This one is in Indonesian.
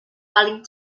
paling